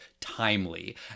timely